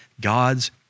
God's